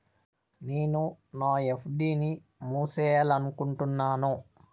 నేను నా ఎఫ్.డి ని మూసేయాలనుకుంటున్నాను